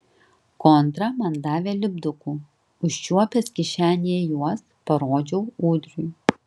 kontra man davė lipdukų užčiuopęs kišenėje juos parodžiau ūdriui